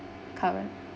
current